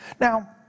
Now